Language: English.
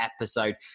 episode